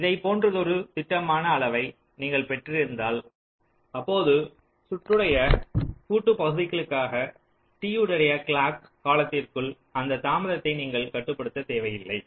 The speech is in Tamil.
எனவே இதைப் போன்றதொரு திட்டமான அளவை நீங்கள் பெற்றிருந்தால் அப்பொழுது சுற்றுடைய கூட்டு பகுதிக்காக t னுடைய கிளாக் காலத்திற்குள் அந்த தாமதத்தை நீங்கள் கட்டுப்படுத்த தேவையில்லை